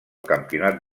campionat